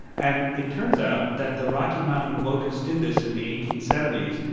and it turns out that the rocky mountain locust did this in the eighteen seventy s,